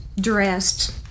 dressed